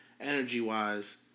energy-wise